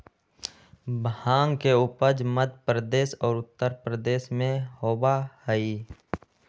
भांग के उपज मध्य प्रदेश और उत्तर प्रदेश में होबा हई